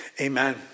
amen